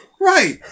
Right